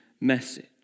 message